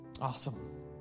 Awesome